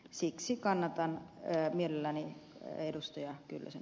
siksi kannatan mielelläni ed